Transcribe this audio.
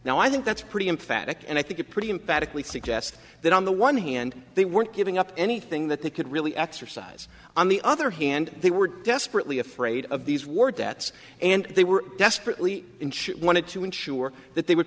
now i think that's pretty emphatic and i think a pretty emphatic we suggest that on the one hand they weren't giving up anything that they could really exercise on the other hand they were desperately afraid of these war debts and they were desperately wanted to ensure that they would